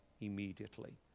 immediately